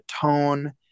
tone